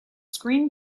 screen